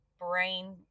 brain